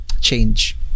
change